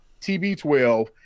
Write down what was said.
TB12